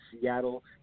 Seattle